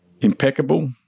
impeccable